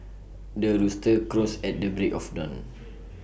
the rooster crows at the break of dawn